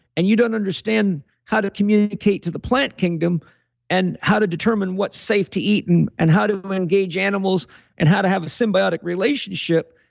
and you don't understand how to communicate to the plant kingdom and how to determine what's safe to eat and and how to engage animals and how to have a symbiotic relationship,